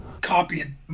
copying